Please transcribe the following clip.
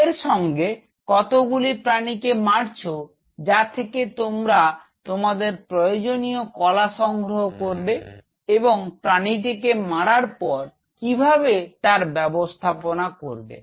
এর সঙ্গে কতগুলি প্রাণীকে মারছো যা থেকে তোমরা তোমাদের প্রয়োজনীয় কলা সংগ্রহ করবে এবং প্রাণীটিকে মারার পর কিভাবে তার ব্যবস্থাপনা করবে